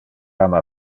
ama